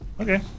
Okay